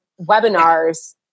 webinars